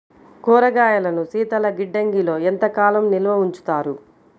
కూరగాయలను శీతలగిడ్డంగిలో ఎంత కాలం నిల్వ ఉంచుతారు?